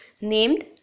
named